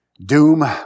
Doom